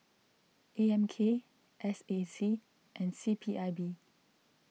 A M K S A C and C P I B